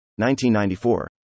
1994